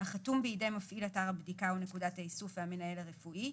החתום ביד מפעיל אתר הבדיקה או נקודת האיסוף והמנהל הרפואי,